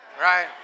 Right